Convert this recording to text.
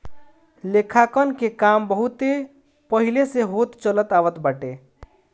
लेखांकन के काम बहुते पहिले से होत चलत आवत बाटे